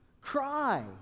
Cry